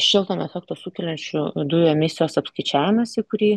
šiltnamio efektą sukeliančių dujų emisijos apskaičiavimas į kurį